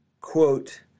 quote